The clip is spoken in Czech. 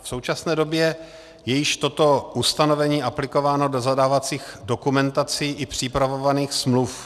V současné době je již toto ustanovení aplikováno do zadávacích dokumentací i připravovaných smluv.